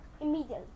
immediately